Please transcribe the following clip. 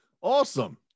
Awesome